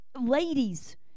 ladies